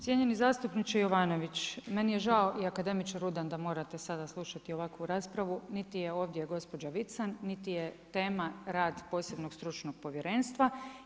Cijenjeni zastupniče Jovanović, meni je žao i akademiče Rudan da morate sada slušati ovakvu raspravu, niti je ovdje gospođa Vican niti je tema rad posebnog stručnog povjerenstva.